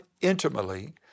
intimately